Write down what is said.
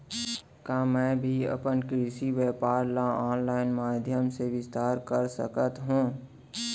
का मैं भी अपन कृषि व्यापार ल ऑनलाइन माधयम से विस्तार कर सकत हो?